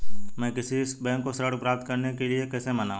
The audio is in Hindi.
मैं किसी बैंक को ऋण प्राप्त करने के लिए कैसे मनाऊं?